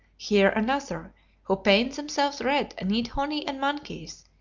here another who paint themselves red and eat honey and monkeys,